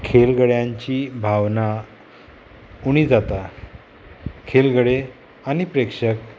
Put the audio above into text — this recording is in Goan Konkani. खेलगड्यांची भावना उणी जाता खेलगडे आनी प्रेक्षक